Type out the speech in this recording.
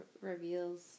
reveals